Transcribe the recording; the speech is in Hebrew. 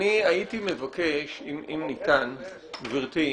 אני הייתי מבקש, אם ניתן גברתי,